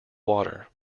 water